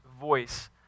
voice